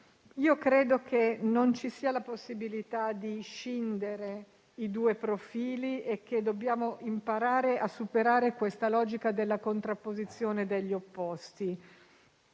Credo non ci sia la possibilità di scindere i due profili e che dobbiamo imparare a superare la logica della contrapposizione degli opposti.